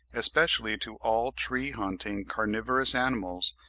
especially to all tree-haunting carnivorous animals,